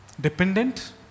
dependent